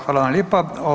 Hvala vam lijepo.